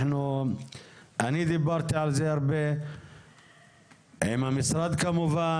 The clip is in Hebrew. אני דיברתי על זה הרבה עם המשרד כמובן,